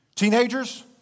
Teenagers